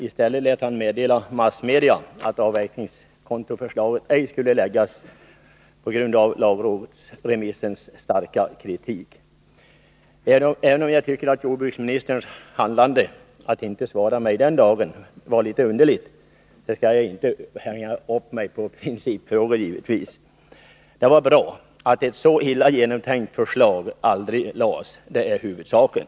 I stället lät han meddela massmedia att avverkningskontoförslaget ej skulle framläggas, detta på grund av den starka kritiken från lagrådet. Även om jag tycker att jordbruksministerns handlande — att inte svara mig den dagen — var underligt, skall jag inte hänga upp mig på principfrågor. Det var bra att ett så illa genomtänkt förslag aldrig framlades. Det är huvudsaken.